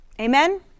Amen